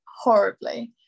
horribly